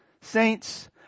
saints